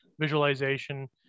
visualization